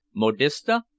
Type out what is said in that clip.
Modista